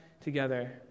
together